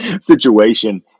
situation